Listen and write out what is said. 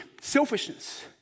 selfishness